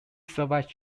survived